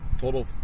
total